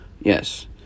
yes